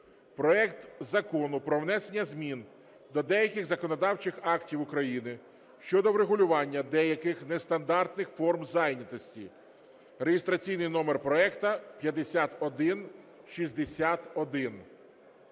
проект Закону про внесення змін до деяких законодавчих актів України щодо врегулювання деяких нестандартних форм зайнятості (реєстраційний номер проекту 5161).